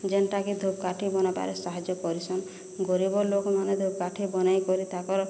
ଯେନ୍ଟା କି ଧୂପ୍ କାଠି ବନାଇବାରେ ସାହାଯ୍ୟ କରିଛନ୍ ଗରୀବ ଲୋକମାନେ ଧୂପ୍ କାଠି ବନାଇକରି ତାକର୍